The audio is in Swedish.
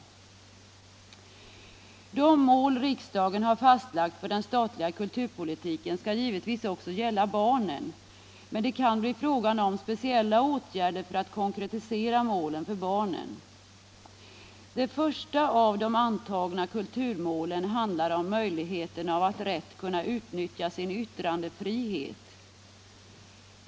De mål riksdagen fastlagt för den statliga kulturpolitiken skall givetvis också gälla barnen — men det kan bli fråga om speciella åtgärder för att konkretisera målen för barnen. Det första av de antagna kulturmålen handlar om möjligheten att rätt utnyttja sin yttrandefrihet.